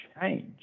change